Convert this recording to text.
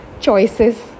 choices